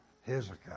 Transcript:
Hezekiah